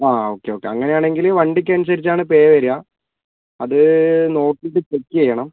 ആ okay okay അങ്ങനെയാണെങ്കിൽ വണ്ടിക്കനുസരിച്ചാണ് പേ വരിക അത് നോക്കിയിട്ട് ചെക്ക് ചെയ്യണം